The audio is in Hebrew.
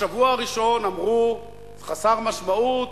בשבוע הראשון אמרו: חסר משמעות,